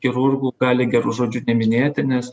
chirurgu gali geru žodžiu neminėti nes